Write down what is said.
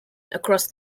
across